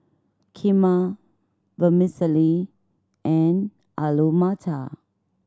Kheema Vermicelli and Alu Matar